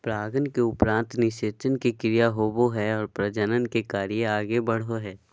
परागन के उपरान्त निषेचन के क्रिया होवो हइ और प्रजनन के कार्य आगे बढ़ो हइ